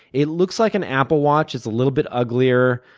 it looks like an apple watch. it's a little bit uglier.